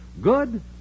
Good